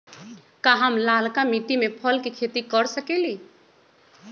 का हम लालका मिट्टी में फल के खेती कर सकेली?